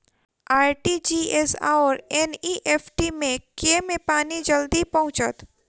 RTGS आओर NEFT मे केँ मे पानि जल्दी पहुँचत